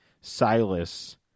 Silas